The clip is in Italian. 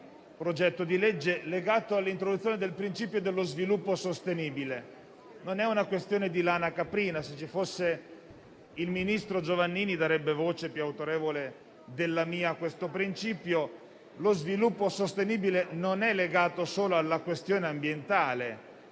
progetto di legge in esame, legato all'introduzione del principio dello sviluppo sostenibile. Non è una questione di lana caprina; se ci fosse il ministro Giovannini darebbe voce più autorevole della mia a questo principio: lo sviluppo sostenibile non è legato solo alla questione ambientale,